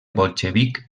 bolxevic